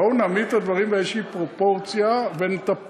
בואו ונעמיד את הדברים באיזו פרופורציה ונטפל,